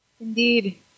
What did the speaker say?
Indeed